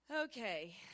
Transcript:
Okay